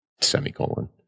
semicolon